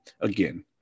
again